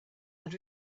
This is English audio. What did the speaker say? had